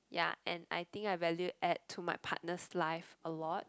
ya and I think I value add to my partner's life a lot